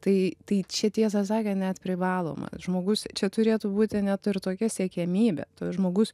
tai tai čia tiesą sakan net privaloma žmogus čia turėtų būti net ir tokia siekiamybė toj žmogus